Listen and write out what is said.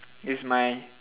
is my